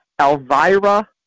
Elvira